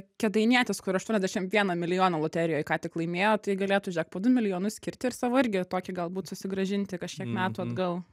kėdainietis kur aštuoniasdešimt vieną milijoną loterijoj ką tik laimėjo tai galėtų žiūrėk po du milijonus skirti ir savo irgi tokį galbūt susigrąžinti kažkiek metų atgal